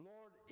Lord